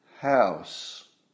house